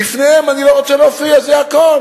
בפניהם אני לא רוצה להופיע, זה הכול.